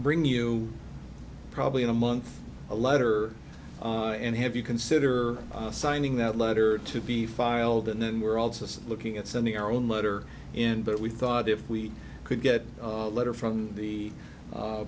bring you probably in a month a letter and have you consider signing that letter to be filed and then we're also looking at sending our own letter in but we thought if we could get a letter from the